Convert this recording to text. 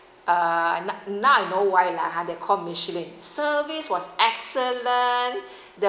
uh now I know why lah ha they are called michelin service was excellent